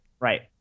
Right